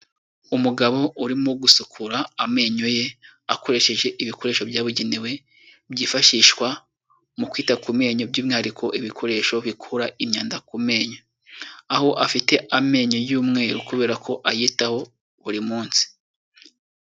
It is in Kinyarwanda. Umugabo urimo gusukura amenyo ye, akoresheje ibikoresho byabugenewe, byifashishwa mu kwita ku menyo by'umwihariko ibikoresho bikura imyanda ku menyo. Aho afite amenyo y'umweru kubera ko ayitaho buri munsi.